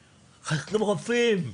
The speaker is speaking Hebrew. רופאים.